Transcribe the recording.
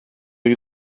you